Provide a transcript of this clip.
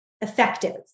effective